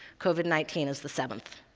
covid nineteen is the seventh.